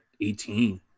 18